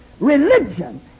Religion